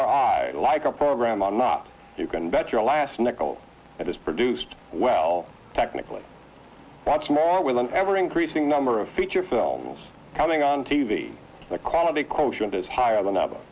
or i like a program are not you can bet your last nickel and is produced well technically much more with an ever increasing number of feature films coming on t v the quality quotient is higher than